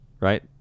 Right